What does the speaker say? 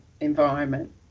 environment